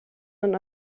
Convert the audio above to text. een